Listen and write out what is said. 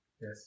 Yes